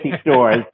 stores